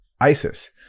ISIS